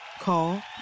Call